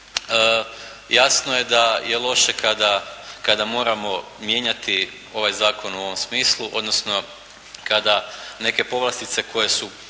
jasno je da je loše kada moramo mijenjati ovaj zakon u ovom smislu, odnosno kada neke povlastice koje su